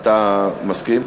אתה מסכים?